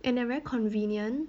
and they're very convenient